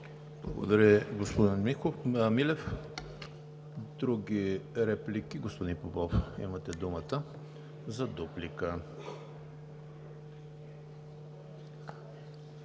Благодаря, господин Милев. Други реплики? Господин Попов, имате думата за дуплика.